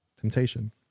Temptation